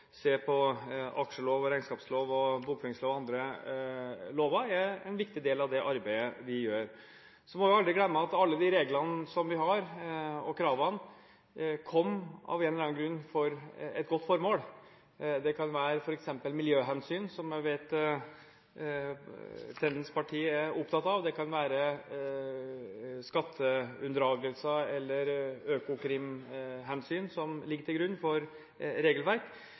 se på aksjelov, regnskapslov, bokføringslov og andre lover er en viktig del av det arbeidet vi gjør. Så må vi aldri glemme at alle de reglene og kravene som vi har, av en eller annen grunn kom med tanke på et godt formål. Det kan være f.eks. miljøhensyn, som jeg vet Tendens parti er opptatt av, eller det kan være skatteunndragelser eller økokrimhensyn som ligger til grunn for et regelverk.